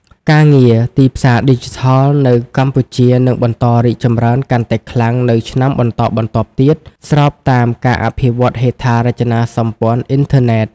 ការងារទីផ្សារឌីជីថលនៅកម្ពុជានឹងបន្តរីកចម្រើនកាន់តែខ្លាំងនៅឆ្នាំបន្តបន្ទាប់ទៀត ស្របតាមការអភិវឌ្ឍហេដ្ឋារចនាសម្ព័ន្ធអ៊ីនធឺណិត។